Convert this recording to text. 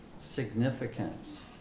significance